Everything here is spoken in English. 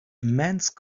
immense